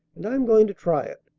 and i'm going to try it!